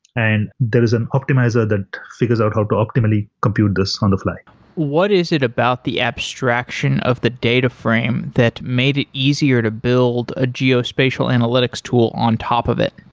and there is an optimizer that figures out how to optimally compute this on the fly what is it about the abstraction of the data frame that made it easier to build a geospatial analytics tool on top of it?